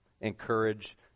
encourage